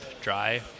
dry